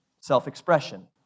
self-expression